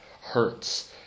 hurts